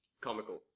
comical